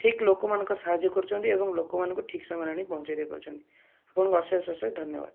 ଠିକ ଲୋକମାନଙ୍କର ସାହାଯ୍ୟ କରୁଛନ୍ତି ଏବଂ ଲୋକମାନଙ୍କୁ ଠିକ ସମୟରେ ଆଣିକି ପହଞ୍ଚାଇ ଦେଇପାରୁଛନ୍ତି ଆପଣଙ୍କୁ ଅଶେଷ ଅଶେଷ ଧନ୍ୟବାଦ